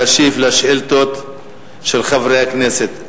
להשיב על שאילתות של חברי הכנסת.